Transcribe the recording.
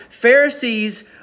Pharisees